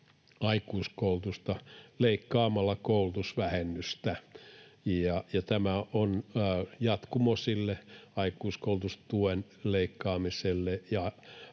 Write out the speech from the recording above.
aikuiskoulutusta leikkaamalla koulutusvähennystä. Tämä on jatkumo aikuiskoulutustuen leikkaamiselle